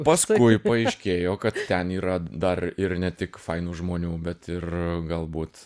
paskui paaiškėjo kad ten yra dar ir ne tik fainų žmonių bet ir galbūt